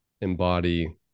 embody